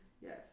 Yes